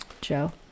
Joe